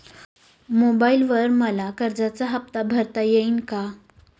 मोबाइलवर मला कर्जाचा हफ्ता भरता येईल का?